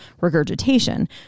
regurgitation